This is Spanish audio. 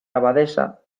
abadesa